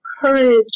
courage